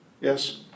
Yes